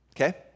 Okay